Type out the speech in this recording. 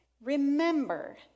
Remember